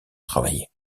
travailler